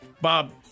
Bob